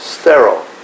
sterile